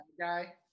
guy